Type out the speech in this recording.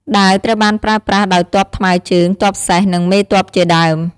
ដាវត្រូវបានប្រើប្រាស់ដោយទ័ពថ្មើរជើង ទ័ពសេះ និងមេទ័ពជាដើម។